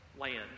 land